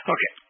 Okay